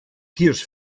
tears